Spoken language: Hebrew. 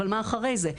אבל מה אחרי זה?